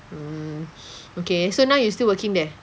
mm okay so now you still working there